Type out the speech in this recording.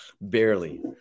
Barely